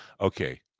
Okay